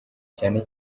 cyane